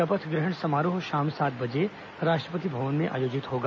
शपथ ग्रहण समारोह शाम सात बजे राष्ट्रपति भवन में आयोजित होगा